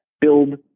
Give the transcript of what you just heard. build